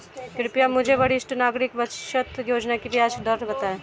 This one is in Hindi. कृपया मुझे वरिष्ठ नागरिक बचत योजना की ब्याज दर बताएं